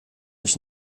ich